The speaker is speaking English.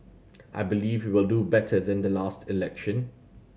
I believe we will do better than the last election